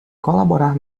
colaborar